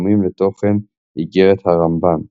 הדומים לתוכן "איגרת הרמב"ן".